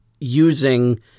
using